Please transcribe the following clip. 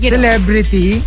celebrity